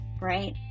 right